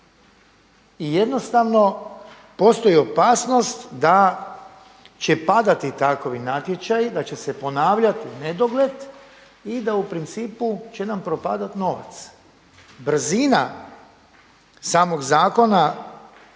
I jednostavno postoji opasnost da će padati takvi natječaji, da će se ponavljati u nedogled i da u principu će na propadati novac. Brzina samog zakona